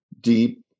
deep